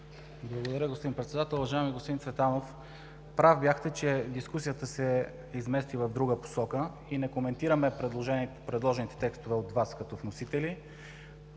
Благодаря, господин Председател. Уважаеми господин Цветанов, прав бяхте, че дискусията се измести в друга посока и не коментираме предложените текстове от Вас като вносители,